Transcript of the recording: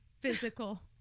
physical